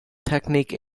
technique